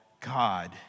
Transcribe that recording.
God